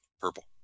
Purple